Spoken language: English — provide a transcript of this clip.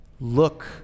look